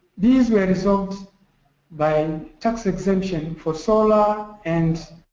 these were resolved by tax exemption for solar and